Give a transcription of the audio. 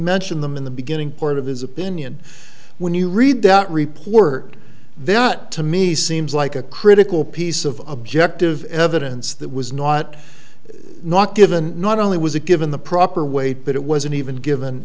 mentioned them in the beginning part of his opinion when you read that report there not to me seems like a critical piece of objective evidence that was not not given not only was it given the proper weight but it wasn't even given